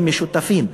הם משותפים,